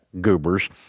goobers